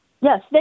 Yes